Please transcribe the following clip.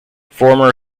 former